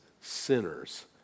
sinners